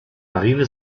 marine